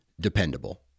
dependable